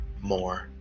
more